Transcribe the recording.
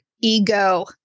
ego